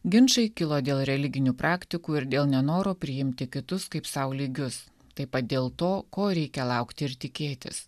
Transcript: ginčai kilo dėl religinių praktikų ir dėl nenoro priimti kitus kaip sau lygius taip pat dėl to ko reikia laukti ir tikėtis